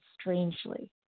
strangely